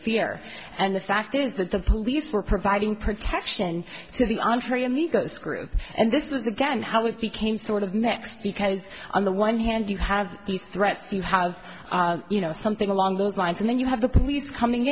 fear and the fact is that the police were providing protection to the entre amigos group and this was again how it became sort of next because on the one hand you have these threats you have you know something along those lines and then you have the police coming